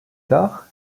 tard